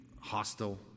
hostile